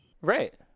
Right